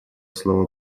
слово